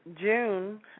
June